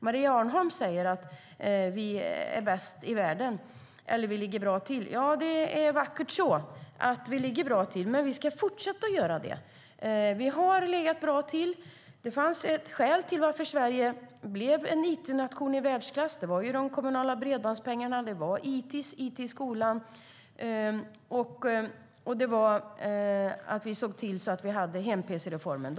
Maria Arnholm säger att vi ligger bra till internationellt sett. Ja, det är vackert så, men vi ska fortsätta att göra det. Vi ligger bra till, och det fanns skäl till att Sverige blev en it-nation i världsklass. Det var de kommunala bredbandspengarna, det var ITIS, It i skolan, och det var hem-pc-reformen.